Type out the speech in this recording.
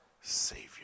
Savior